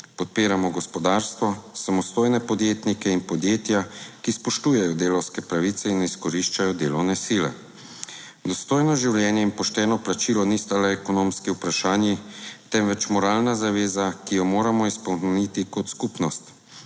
Podpiramo gospodarstvo, samostojne podjetnike in podjetja, ki spoštujejo delavske pravice in izkoriščajo delovne sile. Dostojno življenje in pošteno plačilo nista le ekonomski vprašanji, temveč moralna zaveza, ki jo moramo izpolniti kot skupnost.